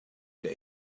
day